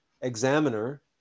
examiner